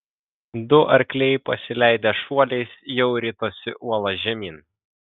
du arkliai pasileidę šuoliais jau ritosi uola žemyn